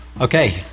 Okay